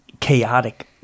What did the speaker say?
chaotic